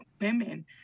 women